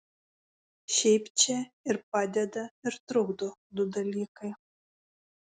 šiaip čia ir padeda ir trukdo du dalykai